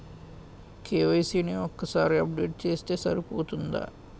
KYC ని ఒక్కసారి update చేస్తే సరిపోతుందా?